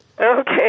Okay